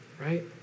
Right